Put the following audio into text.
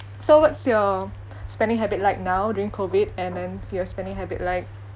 so what's your spending habit like now during COVID and then your spending habit like